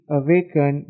awaken